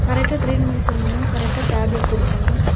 கரெக்டாக ட்ரீட்மெண்ட் பண்ணனும் கரெக்டாக டேப்லெட் கொடுக்கணும்